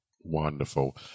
Wonderful